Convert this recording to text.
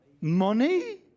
Money